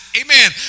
amen